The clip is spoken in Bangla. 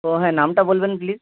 ও হ্যাঁ নামটা বলবেন প্লিজ